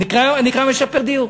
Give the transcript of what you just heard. נקרא משפר דיור.